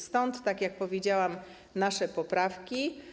Stad, tak jak powiedziałam, nasze poprawki.